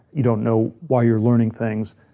you don't know why you're learning things.